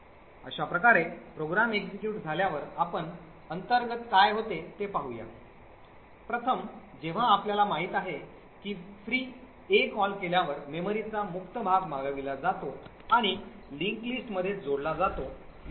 अश्याप्रकारे program execute झाल्यावर आपण अंतर्गत काय होते ते पाहूया प्रथम जेव्हा आपल्याला माहित आहे की free a कॉल केल्यावर मेमरीचा मुक्त भाग मागविला जातो आणि linked list मध्ये जोडला जातो